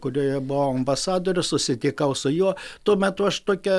kurioje buvo ambasadorius susitikau su juo tuo metu aš tokia